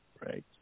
right